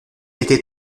était